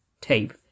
tape